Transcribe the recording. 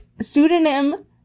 pseudonym